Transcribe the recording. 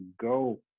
go